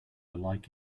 like